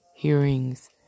hearings